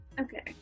Okay